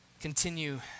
continue